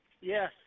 Yes